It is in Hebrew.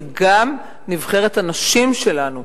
וגם נבחרת הנשים שלנו,